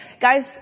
Guys